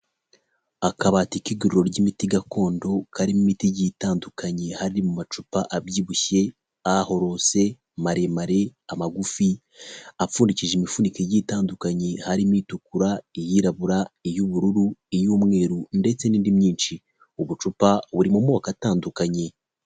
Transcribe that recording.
Akabati k'iguriro ry'imiti gakondo karimo imiti igiye itandukanye hari mu macupa abyibushye, ahorose, maremare, amagufi apfundikije imifuniko igiye itandukanye harimo : itukura, iyirabura, iy'ubururu, iy'umweru ndetse n'indi myinshi; ubucupa buri mu moko atandukanye.